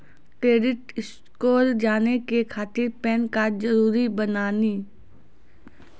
Credit score जाने के खातिर पैन कार्ड जरूरी बानी?